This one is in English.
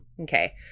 Okay